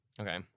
Okay